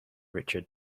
richard